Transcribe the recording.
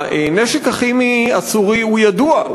הנשק הכימי הסורי הוא ידוע.